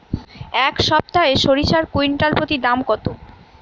এই সপ্তাহে সরিষার কুইন্টাল প্রতি দাম কত?